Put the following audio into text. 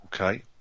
Okay